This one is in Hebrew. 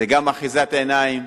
זה גם אחיזת עיניים.